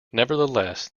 nevertheless